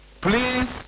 please